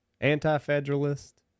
Anti-Federalist